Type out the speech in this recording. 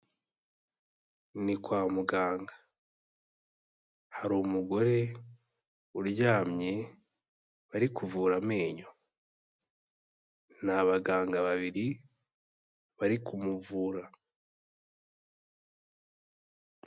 Ni kwa muganga, hari umugore uryamye bari kuvura amenyo, ni abaganga babiri bari kumuvura.